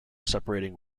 separating